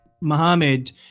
Mohammed